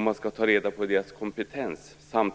Man skall ta till vara personalens kompetens, men